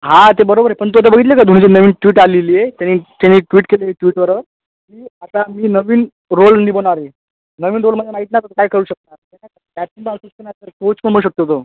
हा ते बरोबर आहे पण तू आता बघितली का धोनीची नवीन ट्विट आलेली आहे त्यानी त्यानी एक ट्विट केलेली ट्विटरवर की आता मी नवीन रोल निभवणार आहे नवीन रोल म्हणजे माहीत नाही आता तो काय करू शकतो कोच पण बनू शकतो तो